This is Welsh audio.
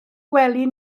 gwely